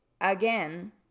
again